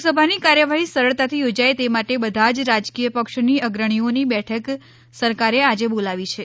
લોકસભાની કાર્યવાહી સરળતાથી યોજાય તે માટે બધા જ રાજકીય પક્ષોની અગ્રણીઓની બેઠક સરકારે આજે બોલાવી છે